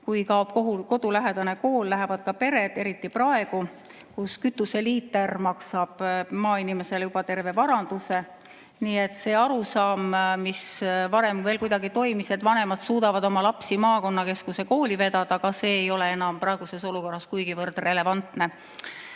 Kui kaob kodulähedane kool, lähevad ka pered, eriti praegu, kui kütuseliiter maksab maainimesele juba terve varanduse. Nii et ka see arusaam, mis varem veel kuidagi toimis, et vanemad suudavad oma lapsi maakonnakeskuse kooli vedada, ei ole enam praeguses olukorras kuigivõrd relevantne.